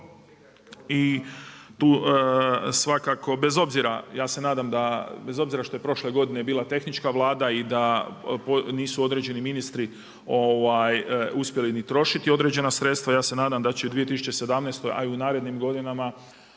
I tu svakako, bez obzira, ja se nadam da bez obzira što je prošle godine bila tehnička Vlada da nisu određeni ministri uspjeli ni trošiti određena sredstva. Ja se nadam da će i u 2017. a i u narednim godinama